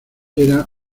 era